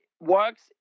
works